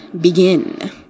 begin